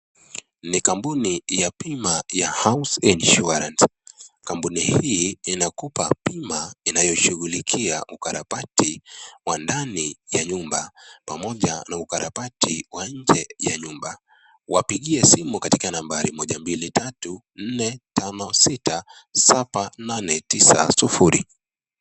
Ni kambuni ya bima ya house insurance. Kambuni hii inakupa bima inayoshughulika ukarabati wa ndani ya nyumba ,pamoja na ukarabati wa nje ya nyumba. Wapigie simu katika nambari 1 2 3 4 5 6 7 8 9 0.